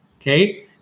Okay